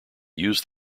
use